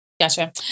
Gotcha